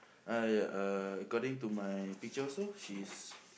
uh ya uh according to my picture also she's